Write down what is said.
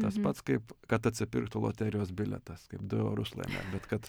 tas pats kaip kad atsipirktų loterijos bilietas kaip du eurus laimėt bet kad